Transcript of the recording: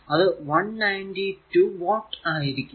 അത് 192 വാട്ട് ആയിരിക്കും